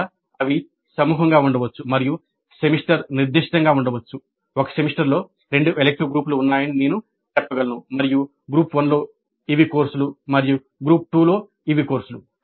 లేదా అవి సమూహంగా ఉండవచ్చు మరియు సెమిస్టర్ నిర్దిష్టంగా ఉండవచ్చు ఒక సెమిస్టర్లో రెండు ఎలిక్టివ్ గ్రూపులు ఉన్నాయని నేను చెప్పగలను మరియు గ్రూప్ వన్లో ఇవి కోర్సులు మరియు గ్రూప్ టూలో ఇవి కోర్సులు